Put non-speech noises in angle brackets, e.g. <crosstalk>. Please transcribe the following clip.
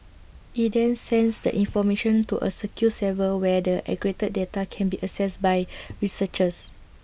IT then sends the information to A secure server where the aggregated data can be accessed by <noise> researchers